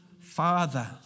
Father